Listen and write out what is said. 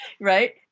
right